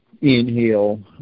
inhale